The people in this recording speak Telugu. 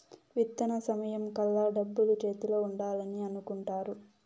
విత్తన సమయం కల్లా డబ్బులు చేతిలో ఉండాలని అనుకుంటారు